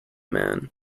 man